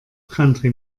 country